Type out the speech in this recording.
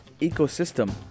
ecosystem